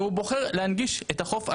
והוא בוחר להנגיש את החוף המעורב.